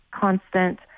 constant